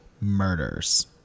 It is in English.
murders